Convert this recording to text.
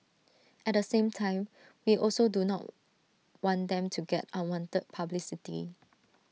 at the same time we also do not want them to get unwanted publicity